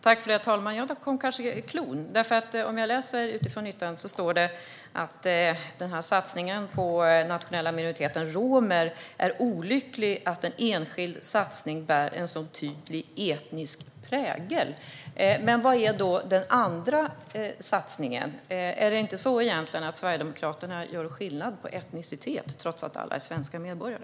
Herr talman! Där kom kanske cloun. I yttrandet står det nämligen om satsningen på den nationella minoriteten romer att det är olyckligt att en enskild satsning bär en så tydlig etnisk prägel. Men vad är då den andra satsningen? Är det inte egentligen så att Sverigedemokraterna gör skillnad på etnicitet, trots att alla är svenska medborgare?